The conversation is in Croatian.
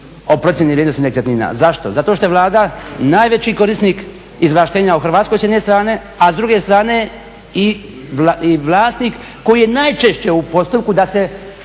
o procjeni vrijednosti nekretnina. Zašto? Zato što je Vlada najveći korisnik izvlaštenja u Hrvatskoj s jedne strane, a s druge strane i vlasnik koji je najčešće u postupku da se